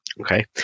okay